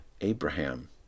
Abraham